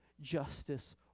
Justice